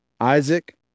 Isaac